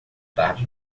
tarde